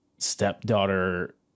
stepdaughter